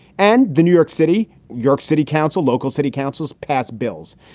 and the new york city, york city council, local city councils passed bills.